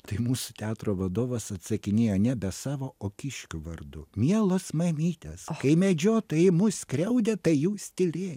tai mūsų teatro vadovas atsakinėjo nebe savo o kiškių vardu mielos mamytės kai medžiotojai mus skriaudė tai jūs tylėjot